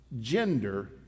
gender